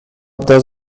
does